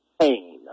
pain